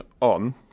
on